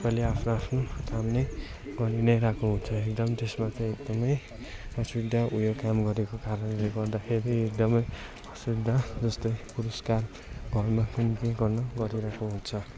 सबैले आफ्नो आफ्नो काम नै गरी नै रहेको हुन्छ एकदम त्यस्मा चाहिँ एकदमै शुद्ध उयो काम गरेको कारणले गर्दाखेरि एकदमै अशुद्ध जस्तै पुरुषका घरमा गरिरहेको हुन्छ